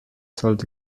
sollte